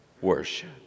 worship